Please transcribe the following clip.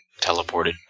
teleported